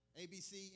ABC